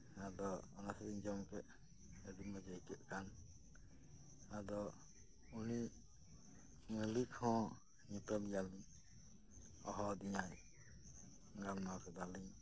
ᱟᱫᱚ ᱚᱱᱟ ᱥᱟᱛᱮᱧ ᱡᱚᱢ ᱠᱮᱜ ᱟᱰᱤ ᱢᱚᱸᱡᱽ ᱟᱹᱭᱠᱟᱹᱜ ᱠᱟᱱ ᱟᱫᱚ ᱩᱱᱤ ᱢᱟᱞᱤᱠ ᱦᱚᱸ ᱧᱮᱯᱮᱞ ᱜᱮᱭᱟᱞᱤᱝ ᱦᱚᱦᱚᱣᱟᱫᱤᱧᱟᱭ ᱜᱟᱞᱢᱟᱨᱟᱣ ᱠᱮᱫᱟᱞᱤᱝ